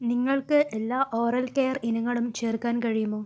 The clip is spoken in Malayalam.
നിങ്ങൾക്ക് എല്ലാ ഓറൽ കെയർ ഇനങ്ങളും ചേർക്കാൻ കഴിയുമോ